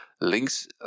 Links